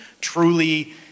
truly